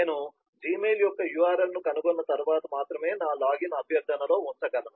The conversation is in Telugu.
నేను Gmail యొక్క URL ను కనుగొన్న తర్వాత మాత్రమే నా లాగిన్ అభ్యర్థనలో ఉంచగలను